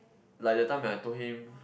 like the time that I told him